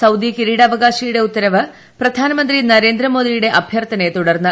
Saudi കിരീട്ടാവകാശിയുടെ ഉത്തരവ് പ്രധാനമന്ത്രി നരേന്ദ്രമോദിയുടെ അഭ്യർത്ഥനയെ തുടർന്ന്